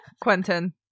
Quentin